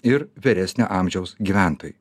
ir vyresnio amžiaus gyventojų